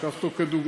ניקח אותו כדוגמה,